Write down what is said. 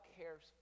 cares